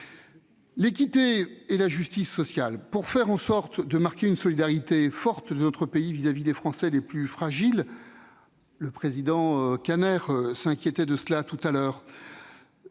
l'équité et la justice sociale pour faire en sorte de marquer une solidarité forte de notre pays vis-à-vis des Français les plus fragiles. Le président Kanner s'en inquiétait tout à l'heure-